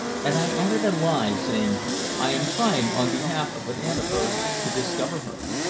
and i added a lie, saying i am trying, on behalf of an aunt of hers, to discover her.